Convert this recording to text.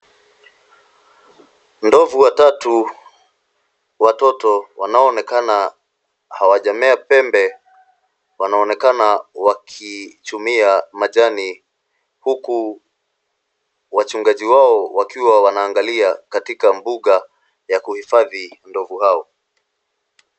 Ndovu watatu watoto wanaoonekana hawajamea pembe wanaonekana wakichumia majani huku wachungaji wao wakiwa wanaangalia katika mbuga ya kuhifadhi ndovu hao.